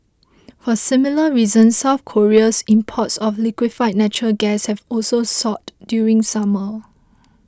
for similar reasons South Korea's imports of liquefied natural gas have also soared during summer